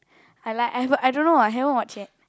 I like I I don't know I haven't watch yet